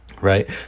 Right